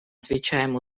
отвечаем